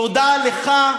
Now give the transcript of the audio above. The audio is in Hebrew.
תודה לך.